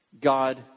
God